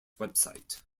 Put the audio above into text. website